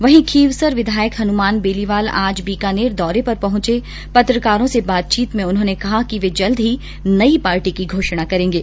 वहीं खींवसर विधायक हनुमान बेनीवाल आज बीकानेर दौरे पर पहुंचे पत्रकारों से बातचीत में उन्होंने कहा कि वे जल्द ही नई पार्टी की घोषणा करेंगे